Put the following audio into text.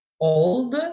old